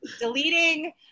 Deleting